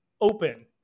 open